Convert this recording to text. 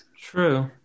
True